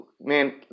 man